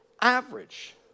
average